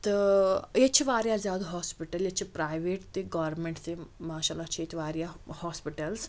تہٕ ییٚتہِ چھِ واریاہ زیادٕ ہاسپِٹَل ییٚتہِ چھِ پرٛایویٹ تہِ گورمیٚنٛٹ تہِ ماشاء اللہ چھِ ییٚتہِ واریاہ ہاسپِٹَلٕز